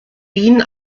wien